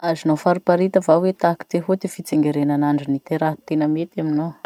Azonao fariparita va hoe tahaky ty ahoa ty fitsingerenanandro tena mety aminao?